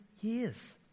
years